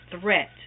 threat